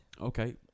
Okay